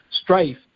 strife